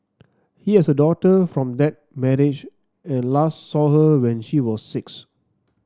he has a daughter from that manage and last saw her when she was six